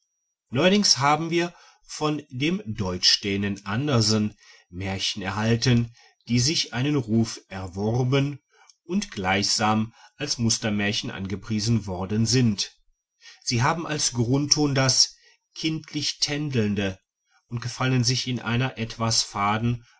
neuerdings haben wir von dem deutschdänen andersen märchen erhalten die sich einen ruf erworben und gleichsam als mustermärchen angepriesen worden sind sie haben als grundton das kindlich tändelnde und gefallen sich in einer etwas faden